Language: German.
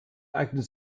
eignet